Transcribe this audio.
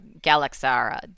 Galaxara